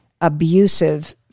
abusive